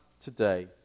today